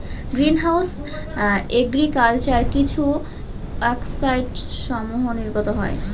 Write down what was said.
green house agriculture কিছু অক্সাইডসমূহ নির্গত হয়